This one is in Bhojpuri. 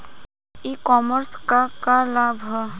ई कॉमर्स क का लाभ ह?